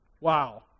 Wow